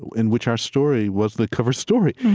in which our story was the cover story.